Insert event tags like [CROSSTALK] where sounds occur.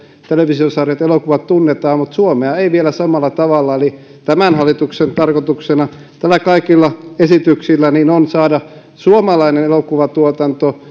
televisiosarjat ja elokuvat tunnetaan mutta suomea ei vielä samalla tavalla eli tämän hallituksen tarkoituksena näillä kaikilla esityksillä on saada suomalainen elokuvatuotanto [UNINTELLIGIBLE]